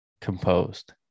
composed